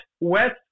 West